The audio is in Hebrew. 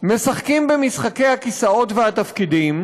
משחקים במשחקי הכיסאות והתפקידים,